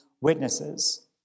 witnesses